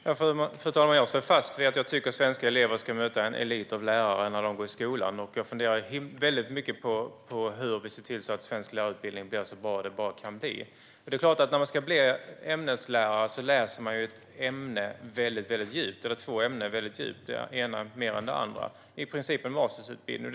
Fru talman! Jag står fast vid att jag tycker att svenska elever ska möta en elit av lärare när de går i skolan. Jag funderar väldigt mycket på hur vi ska se till att den svenska lärarutbildningen blir så bra som den kan bli. När man ska bli ämneslärare läser man två ämnen väldigt djupt, det ena mer än det andra. Det är i princip en masterutbildning.